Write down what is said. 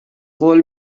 قول